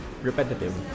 Repetitive